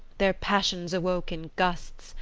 their passions awoke in gusts,